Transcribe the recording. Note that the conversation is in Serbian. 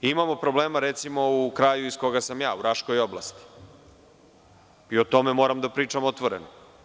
Imamo problema, recimo, u kraju iz koga sam ja, u Raškoj oblasti, i o tome moram da pričam otvoreno.